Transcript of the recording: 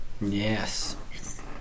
Yes